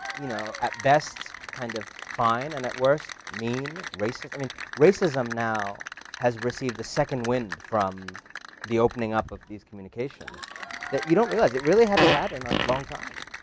you know at best, kind of fine, and at worst, mean, racist. i mean, racism now has received a second wind from the opening up of these communications that you don't realize it really hadn't had in a long time.